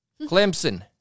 Clemson